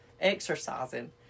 exercising